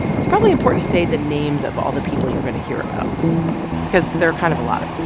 it's probably important to say the names of all the people you're going to hear about because there are kind of a lot of them.